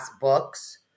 books